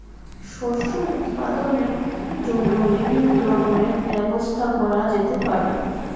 শস্য উৎপাদনের জন্য বিভিন্ন রকমের ব্যবস্থা করা যেতে পারে